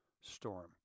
storm